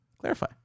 clarify